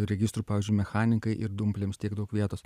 registrų pavyzdžiui mechanikai ir dumpliams tiek daug vietos